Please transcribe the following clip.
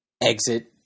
exit